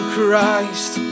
Christ